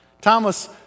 Thomas